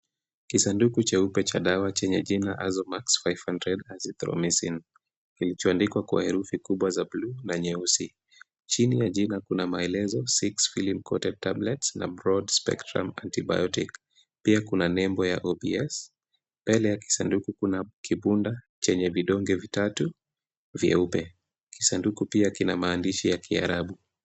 Kisanduku cheupe cha dawa chenye jina Azomax 500 Azithromycin. Kilicho andikwa kwa herufi kubwa za bluu na nyeusi. Chini ya jina kuna maelezo: 6 filling quarter tablets na broad spectrum antibiotic . Pia kuna nembo ya OBS. Mbele ya kisanduku kuna kibunda chenye vidonge vitatu vyeupe. Kisanduku pia kina maandishi ya Kiarabu.